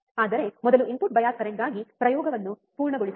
ಆದರೆ ಮೊದಲು input bias ಕರೆಂಟ್ಗಾಗಿ ಪ್ರಯೋಗವನ್ನು ಪೂರ್ಣಗೊಳಿಸೋಣ